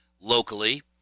locally